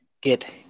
get